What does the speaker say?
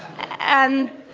and